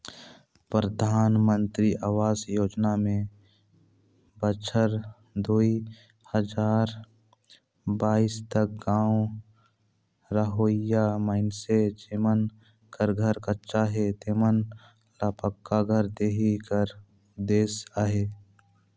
परधानमंतरी अवास योजना में बछर दुई हजार बाइस तक गाँव रहोइया मइनसे जेमन कर घर कच्चा हे तेमन ल पक्का घर देहे कर उदेस अहे